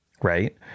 right